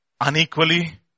unequally